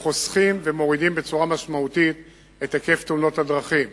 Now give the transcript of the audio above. וחוסכות ומורידות משמעותית את היקף תאונות הדרכים.